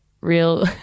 real